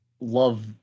love